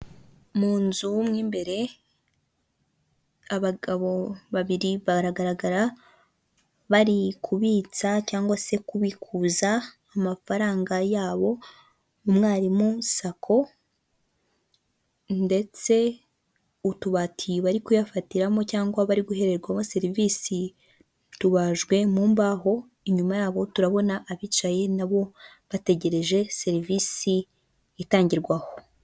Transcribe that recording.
Mu nzu mo imbere, abagabo babiri baragaragara bari kubitsa cyangwa se kubikuza amafaranga yabo, umwarimu sako ndetse utubati bari kuyafatiramo cyangwa bari guhererwaho serivisi tubajwe mu mbaho, inyuma yabo turabona abicaye na bo bategereje serivisi itangirwa aho.